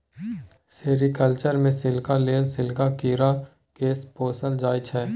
sericulture मे silk लेल सिल्कक कीरा केँ पोसल जाइ छै